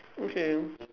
okay